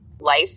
life